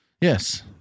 Yes